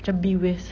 macam be with